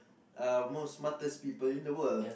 uh most smartest people in the world